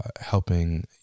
helping